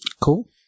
Cool